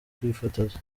kwifotoza